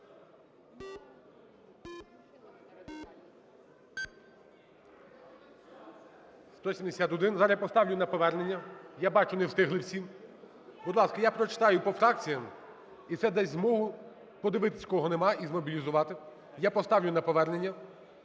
За-171 Зараз я поставлю на повернення. Я бачу, не встигли всі. Будь ласка, я прочитаю по фракціям, і це дасть змогу подивитись, кого нема, і змобілізувати. Я поставлю на повернення.